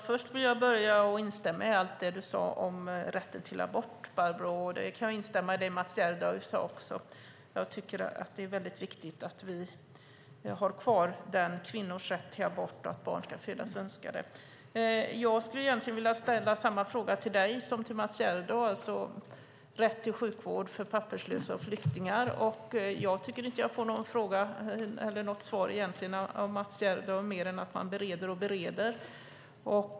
Fru talman! Först vill jag instämma i allt det du sade om rätten till abort, Barbro. Jag kan instämma i det Mats Gerdau sade också. Jag tycker att det är väldigt viktigt att vi har kvar kvinnors rätt till abort och att barn ska födas önskade. Jag skulle egentligen vilja ställa samma fråga till dig som till Mats Gerdau, om rätt till sjukvård för papperslösa och flyktingar. Jag tycker inte att jag har fått något svar från Mats Gerdau mer än att man bereder och bereder.